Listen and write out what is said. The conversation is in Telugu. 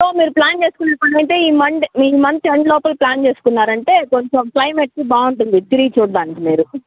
సో మీరు ప్లాన్ చేసుకునే పని అయితే ఈ మండే ఈ మంత్ ఎండ్ లోపల ప్లాన్ చేసుకున్నారు అంటే కొంచెం క్లయిమేట్కి బాగుంటుంది తిరిగి చూడడానికి మీరు